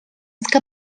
que